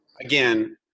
again –